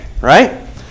right